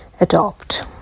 adopt